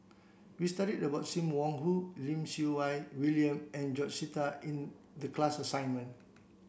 we studied about Sim Wong Hoo Lim Siew Wai William and George Sita in the class assignment